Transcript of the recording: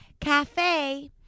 cafe